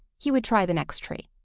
he would try the next tree,